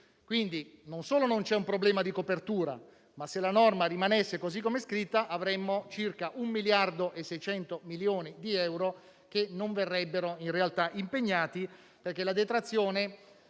Quindi non solo non c'è un problema di copertura, ma se la norma rimanesse così come è scritta, avremmo circa 1.600.000.000 di euro che non verrebbero in realtà impegnati perché la detrazione,